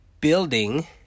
building